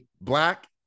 black